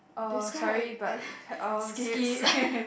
describe eh skips